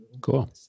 Cool